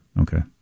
Okay